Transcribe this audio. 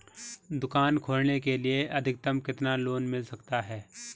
दुकान खोलने के लिए अधिकतम कितना लोन मिल सकता है?